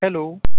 hello